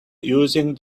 using